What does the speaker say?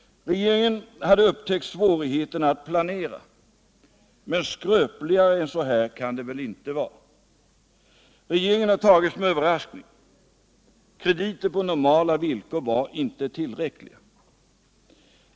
Regeringen hade upptäckt svårigheterna att planera. Men skröpligare än så här kan det väl inte vara. Regeringen har tagits med överraskning. Krediter på normala villkor var inte tillräckliga.